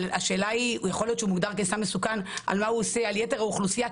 אבל יכול להיות שהוא מוגדר כסם מסוכן לגבי יתר האוכלוסייה,